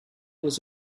was